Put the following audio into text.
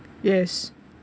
yes